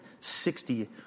sixty